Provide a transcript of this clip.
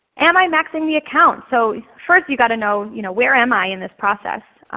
am i maxing the account? so first you've got to know you know where am i in this process?